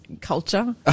Culture